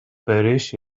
perish